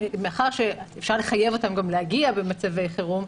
מאחר שאפשר לחייב אותם גם להגיע במצבי חירום,